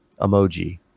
emoji